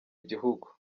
igihugu